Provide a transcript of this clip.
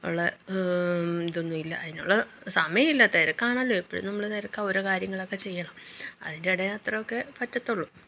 ഉള്ള ഇതൊന്നുമില്ല അതിനുള്ള സമയമല്ല തിരക്കാണല്ലൊ എപ്പോഴും നമ്മൾ തിരക്കാണ് ഓരോ കാര്യങ്ങളൊക്കെ ചെയ്യണം അതിൻറ്റെടേ അത്രയൊക്കെ പാറ്റത്തുള്ളു